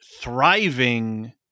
thriving